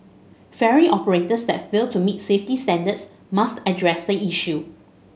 ferry operators that fail to meet safety standards must address the issue